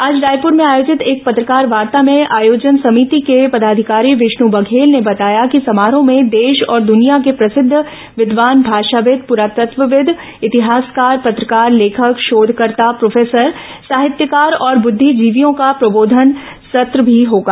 आज रायपुर में आयोजित एक पत्रकारवार्ता में आयोजन समिति के पदाधिकारी विष्णु बघेल ने बताया कि समारोह में देश और दुनिया के प्रसिद्ध विद्वान भाषाविद पुरातत्वविद इतिहासकार पत्रकार लेखक शोधकर्ता प्रोफेसर साहित्यकार और बुद्धिजीवियों का प्रबोधन सत्र भी होगा